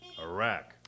Iraq